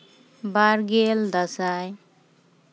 ᱵᱟᱨ ᱜᱮᱞ ᱫᱟᱸᱥᱟᱭ